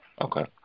Okay